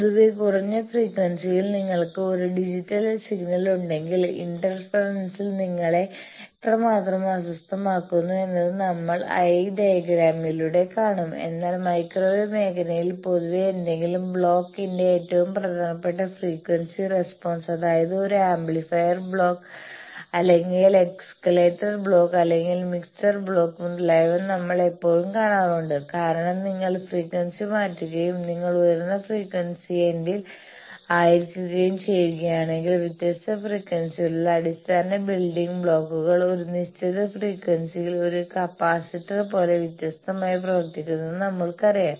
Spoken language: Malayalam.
പൊതുവെ കുറഞ്ഞ ഫ്രീക്വൻസിയിൽ നിങ്ങൾക്ക് ഒരു ഡിജിറ്റൽ സിഗ്നൽ ഉണ്ടെങ്കിൽ ഇന്റർഫെറൻസ് നിങ്ങളെ എത്രമാത്രം അസ്വസ്ഥമാക്കുന്നു എന്നത് നമ്മൾ ഐ ഡയഗ്രമിലൂടെ കാണും എന്നാൽ മൈക്രോവേവ് മേഖലയിൽ പൊതുവെ ഏതെങ്കിലും ബ്ലോക്കിന്റെ ഏറ്റവും പ്രധാനപ്പെട്ട ഫ്രീക്വൻസി റെസ്പോൺസ് അതായത് ഒരു ആംപ്ലിഫയർ ബ്ലോക്ക് അല്ലെങ്കിൽ എസ്കലേറ്റർ ബ്ലോക്ക് അല്ലെങ്കിൽ മിക്സർ ബ്ലോക്ക് മുതലായവ നമ്മൾ എപ്പോഴും കാണാറുണ്ട് കാരണം നിങ്ങൾ ഫ്രീക്വൻസി മാറ്റുകയും നിങ്ങൾ ഉയർന്ന ഫ്രീക്വൻസി എൻഡിൽ ആയിരിക്കുകയും ചെയ്യുകയാണെങ്കിൽ വ്യത്യസ്ത ഫ്രീക്വൻസിയിലുള്ള അടിസ്ഥാന ബിൽഡിംഗ് ബ്ലോക്കുകൾ ഒരു നിശ്ചിത ഫ്രീക്വൻസിയിൽ ഒരു കപ്പാസിറ്റർ പോലെ വ്യത്യസ്തമായി പ്രവർത്തിക്കുമെന്ന് നമ്മൾക്കറിയാം